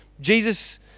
Jesus